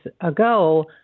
ago